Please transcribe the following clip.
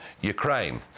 Ukraine